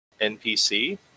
npc